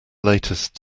latest